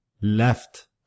left